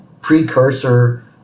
precursor